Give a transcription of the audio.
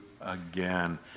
again